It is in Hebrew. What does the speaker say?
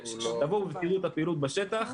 תבואו ותראו את הפעילות בשטח,